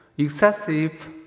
Excessive